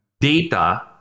data